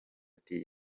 ati